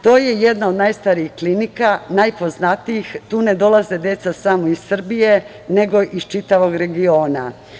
To je jedna od najstarijih klinika, najpoznatijih, tu ne dolaze deca samo iz Srbije, nego iz čitavog regiona.